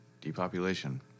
depopulation